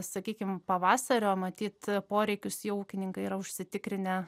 sakykim pavasario matyt poreikius jau ūkininkai yra užsitikrinę